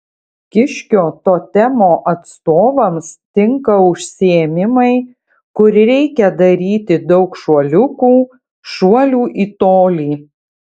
kiškio totemo atstovams tinka užsiėmimai kur reikia daryti daug šuoliukų šuolių į tolį